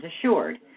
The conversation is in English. assured